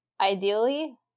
ideally